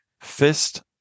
Fist